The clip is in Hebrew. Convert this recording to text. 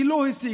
היא לא השיגה,